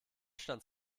stand